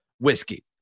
Whiskey